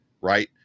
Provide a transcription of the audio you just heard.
right